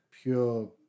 Pure